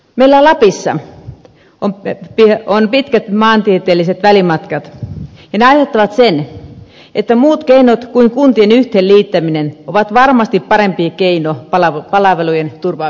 meillä lapissa on pitkät maantieteelliset välimatkat ja ne aiheuttavat sen että muut keinot kuin kuntien yhteenliittäminen ovat varmasti parempi keino palvelujen turvaamiseksi